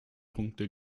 punkte